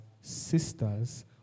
sisters